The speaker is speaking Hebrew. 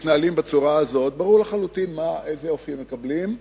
ברור לחלוטין איזה אופי הם מקבלים,